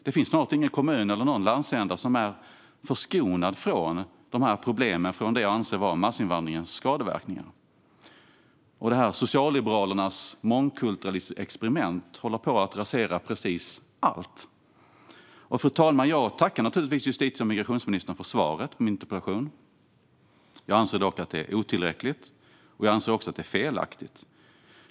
Det finns snart ingen kommun eller landsända som är förskonad från problemen från det jag anser vara massinvandringens skadeverkningar. Detta socialliberalernas mångkulturalismexperiment håller på att rasera precis allt. Fru talman! Jag tackar naturligtvis justitie och migrationsministern för svaret på min interpellation. Jag anser dock att det är otillräckligt, och jag anser att det är felaktigt.